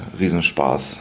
Riesenspaß